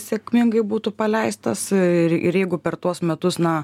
sėkmingai būtų paleistas ir ir jeigu per tuos metus na